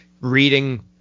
reading